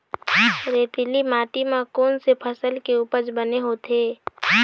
रेतीली माटी म कोन से फसल के उपज बने होथे?